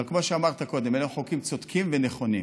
אבל כמו שאמרת קודם, אלה חוקים צודקים ונכונים.